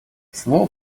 слово